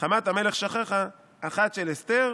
"חמת המלך שככה" "אחת של אסתר